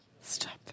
Stop